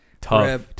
Tough